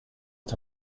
att